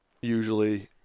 usually